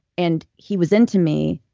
and he was into me,